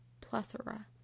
Plethora